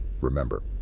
Remember